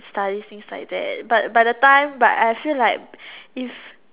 studies things like that but by the time but I feel like it's